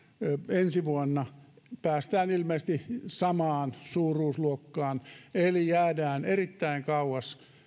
ensi vuonna päästään ilmeisesti samaan suuruusluokkaan eli jäädään erittäin kauas